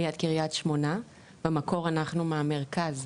ליד קריית-שמונה, במקור אנחנו מהמרכז.